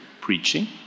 preaching